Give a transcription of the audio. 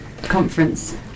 conference